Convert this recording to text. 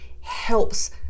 helps